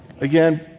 Again